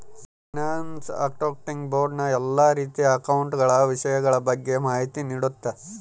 finance accounting board ನ ಎಲ್ಲಾ ರೀತಿಯ ಅಕೌಂಟ ಗಳ ವಿಷಯಗಳ ಬಗ್ಗೆ ಮಾಹಿತಿ ನೀಡುತ್ತ